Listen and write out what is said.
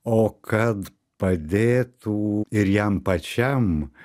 o kad padėtų ir jam pačiam